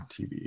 TV